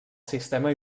sistema